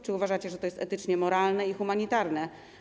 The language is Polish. Czy uważacie, że to jest etycznie moralne i humanitarne?